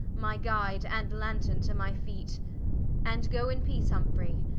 my guide, and lanthorne to my feete and goe in peace, humfrey,